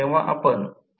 आता पुढील उदाहरण 13 आहे